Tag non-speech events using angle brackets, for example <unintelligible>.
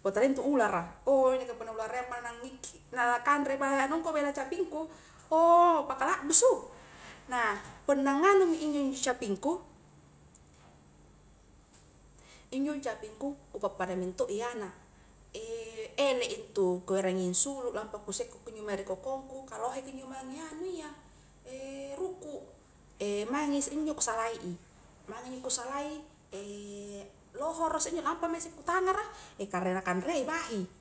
punna talia intu ulara <unintelligible> punna ularayyama na ngikki na kanre <hesitation> anungku belei capingku ouh paka lakbusu na punna nganu mi injo-njo capingu injo capingku ku pappada mento i anak <hesitation> elek intu ku erangi ansulu lampa kusekko kunjo mae ri kokongku ka lohe kunjo mange anu iya <hesitation> rukuk <hesitation> maing isseinjo ku salai i maing injo ku salai <hesitation> lohoro isse injo lampamisse ku tangara <hesitation> kare na kanrei bahi